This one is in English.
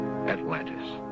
Atlantis